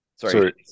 sorry